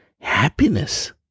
happiness